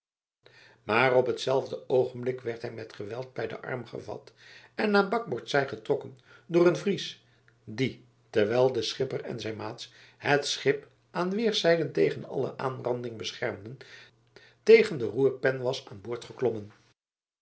maar op hetzelfde oogenblik werd hij met geweld bij den arm gevat en naar bakboordszij getrokken door een fries die terwijl de schipper en zijn maats het schip aan weerszijden tegen alle aanranding beschermden tegen de roerpen was aan boord geklommen